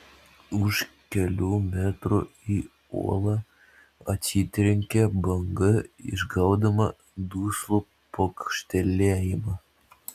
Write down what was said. už kelių metrų į uolą atsitrenkė banga išgaudama duslų pokštelėjimą